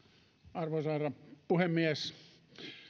arvoisa herra puhemies